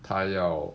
她要